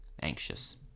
anxious